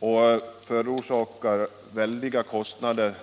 Dessa förorsakar på olika sätt väldiga kostnader.